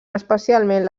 especialment